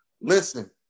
Listen